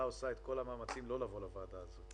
עושה את כל המאמצים כדי לא לבוא לוועדה הזאת.